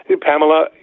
Pamela